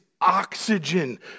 oxygen